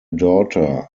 daughter